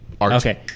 Okay